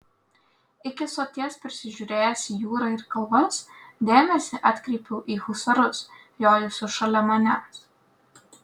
iki soties prisižiūrėjęs į jūrą ir kalvas dėmesį atkreipiau į husarus jojusius šalia manęs